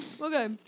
Okay